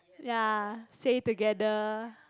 ya say it together